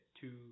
two